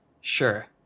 Sure